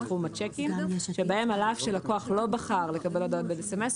בתחום הצ'קים שבהם על אף שהלקוח לא בחר לקבל הודעות ב-SMS,